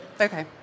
Okay